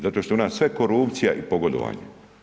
Zato što je u nas sve korupcija i pogodovanje.